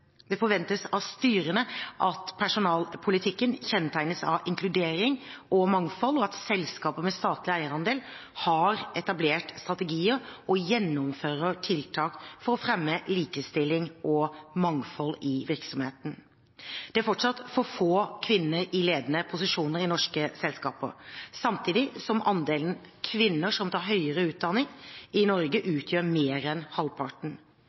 personalpolitikken kjennetegnes av inkludering og mangfold, og at selskaper med statlig eierandel har etablert strategier og gjennomfører tiltak for å fremme likestilling og mangfold i virksomheten. Det er fortsatt for få kvinner i ledende posisjoner i norske selskaper, samtidig som andelen kvinner som tar høyere utdanning i Norge, utgjør mer enn halvparten.